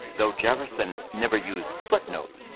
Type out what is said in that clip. though jefferson never used footnotes,